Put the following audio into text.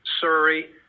surrey